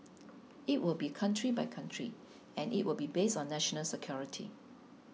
it will be country by country and it will be based on national security